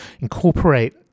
incorporate